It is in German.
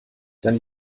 dann